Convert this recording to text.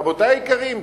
רבותי היקרים,